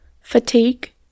fatigue